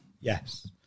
Yes